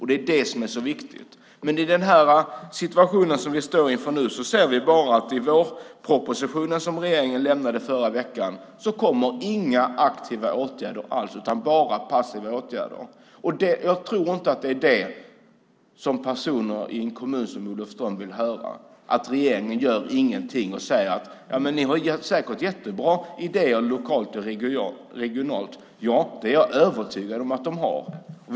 Det är detta som är så viktigt. I fråga om den situation som vi nu står inför ser vi dock bara att det med den vårproposition som regeringen avlämnade förra veckan inte kommer några aktiva åtgärder alls utan bara passiva åtgärder. Jag tror inte att människorna i en kommun som Olofström vill höra att regeringen inte gör någonting utan bara säger: Ni har säkert jättebra idéer lokalt och regionalt. Ja, det är jag övertygad om att man lokalt och regionalt har.